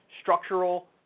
structural